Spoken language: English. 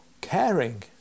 caring